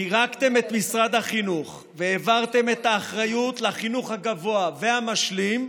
פירקתם את משרד החינוך והעברתם את האחריות לחינוך הגבוה והמשלים,